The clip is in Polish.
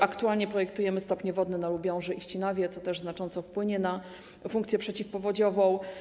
Aktualnie projektujemy stopnie wodne w Lubiąży i Ścinawie, co też znacząco wpłynie na funkcję przeciwpowodziową.